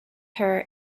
her